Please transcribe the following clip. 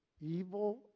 evil